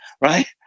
right